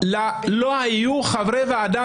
הרי באולפנים כל הזמן מדברים נגד נתניהו.